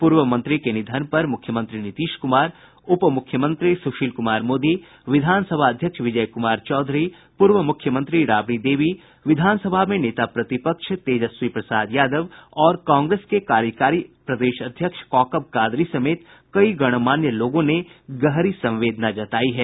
पूर्व मंत्री के निधन पर मुख्यमंत्री नीतीश कुमार उपमुख्यमंत्री सुशील कुमार मोदी विधानसभा अध्यक्ष विजय कुमार चौधरी पूर्व मुख्यमंत्री राबड़ी देवी विधानसभा में नेता प्रतिपक्ष तेजस्वी प्रसाद यादव और कांग्रेस के कार्यकारी प्रदेश अध्यक्ष कौकब कादरी समेत कई गणमान्य लोगों ने गहरी संवेदना जतायी है